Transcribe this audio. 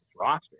roster